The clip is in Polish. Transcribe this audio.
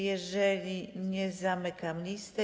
Jeżeli nie, zamykam listę.